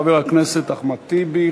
חבר הכנסת אחמד טיבי,